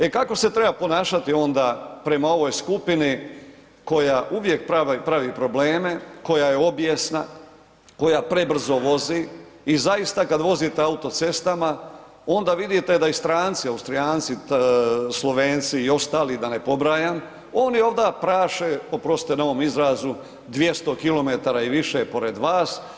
E kako se treba ponašati onda prema ovoj skupini koja uvijek pravi probleme, koja je obijesna, koja prebrzo vozi i zaista kad vozite auto cestama onda vidite da i stranci, Austrijanci, Slovenci i ostali da ne pobrajam, oni ovda praše, oprostite na ovom izrazu, 200 km i više pored vas.